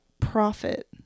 profit